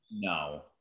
No